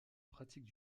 pratique